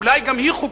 אולי היא חוקית,